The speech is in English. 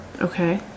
Okay